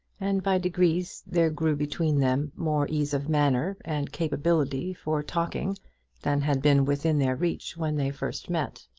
and by degrees there grew between them more ease of manner and capability for talking than had been within their reach when they first met.